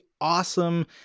awesome